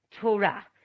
torah